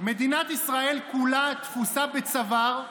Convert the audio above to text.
מדינת ישראל כולה תפוסה בצוואר.